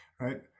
right